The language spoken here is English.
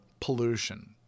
pollution